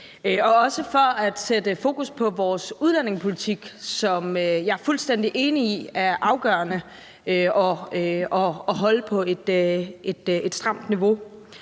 også for at sætte fokus på vores udlændingepolitik, som jeg er fuldstændig enig i er afgørende at holde på et stramt niveau,